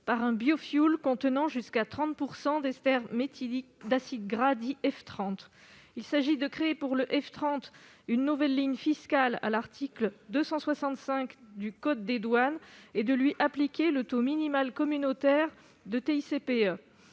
par un biofioul contenant jusqu'à 30 % d'ester méthylique d'acide gras, dit « F30 ». Il s'agit de créer pour le F30 une nouvelle ligne fiscale à l'article 265 du code des douanes et de lui appliquer le taux minimal communautaire de TICPE.